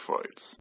Fights